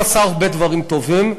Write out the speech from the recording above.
הוא עשה הרבה דברים טובים,